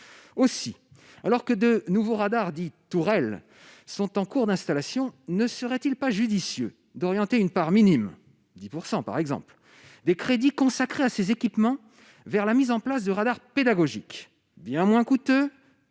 aussi alors que de nouveaux radars dits tours, elles sont en cours d'installation ne serait-il pas judicieux d'orienter une part minime 10 % par exemple des crédits consacrés à ces équipements vers la mise en place de radars pédagogiques bien moins coûteux